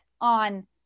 on